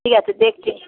ঠিক আছে দেখছি